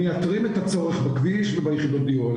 מייתרים את הצורך בכביש וביחידות דיור האלה.